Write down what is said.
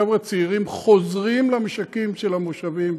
חבר'ה צעירים חוזרים למשקים של המושבים.